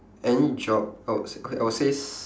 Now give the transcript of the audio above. any job I would say I would says